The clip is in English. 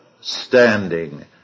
standing